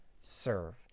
serve